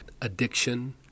addiction